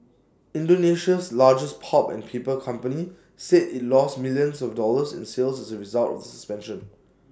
Indonesia's largest pulp and paper company said IT lost millions of dollars in sales as A result of the suspension